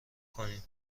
کنیم